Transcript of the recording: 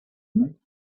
meet